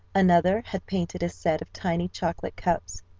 another had painted a set of tiny chocolate cups.